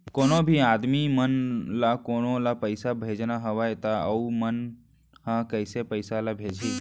कोन्हों भी आदमी मन ला कोनो ला पइसा भेजना हवय त उ मन ह कइसे पइसा ला भेजही?